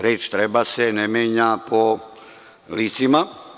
Reč „treba“ se ne menja po licima.